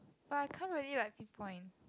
but I can't really like pinpoint